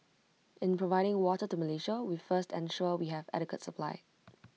in providing water to Malaysia we first ensure we have adequate supply